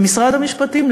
במשרד המשפטים,